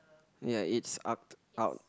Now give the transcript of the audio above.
ya it's arced out